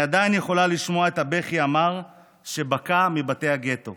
אני עדיין יכולה לשמוע את הבכי המר שבקע מבתי הגטו